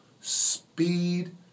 speed